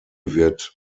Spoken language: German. wird